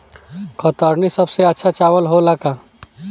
कतरनी सबसे अच्छा चावल होला का?